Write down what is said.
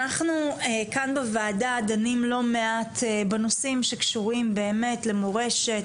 אנחנו כאן בוועדה דנים לא מעט בנושאים שקשורים באמת למורשת,